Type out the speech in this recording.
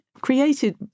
created